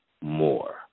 more